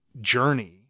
journey